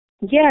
Yes